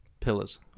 pillars